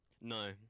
No